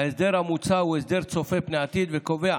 ההסדר המוצע הוא הסדר צופה פני עתיד וקובע